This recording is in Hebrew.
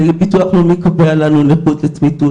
ביטוח לאומי קובע לנו נכים לצמיתות,